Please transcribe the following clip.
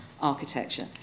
architecture